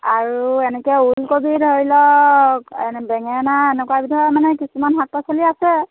আৰু এনেকৈ ওলকবি ধৰি লওক এনেই বেঙেনা এনেকুৱা বিধৰ মানে কিছুমান শাক পাচলি আছে